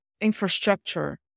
infrastructure